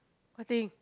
what thing